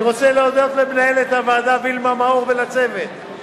אני רוצה להודות למנהלת הוועדה וילמה מאור ולצוות,